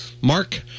Mark